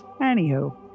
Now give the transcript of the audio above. Anywho